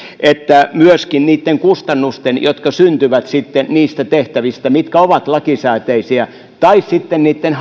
että myöskin niitten kustannusten kautta jotka syntyvät sitten niistä tehtävistä mitkä ovat lakisääteisiä tai sitten niitten